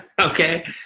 Okay